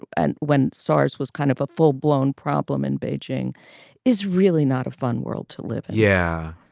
and when saas was kind of a full blown problem in beijing is really not a fun world to live yeah,